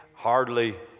hardly